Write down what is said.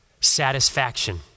satisfaction